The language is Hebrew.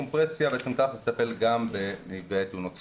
ודיקומפרסיה, בעצם תא לחץ מטפל גם בתאונות צלילה.